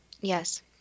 yes